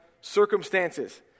circumstances